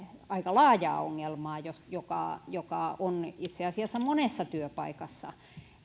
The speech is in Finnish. aika laajaa ongelmaa joka joka on itse asiassa monessa työpaikassa